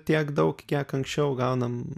tiek daug kiek anksčiau gaunam